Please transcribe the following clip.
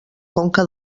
conca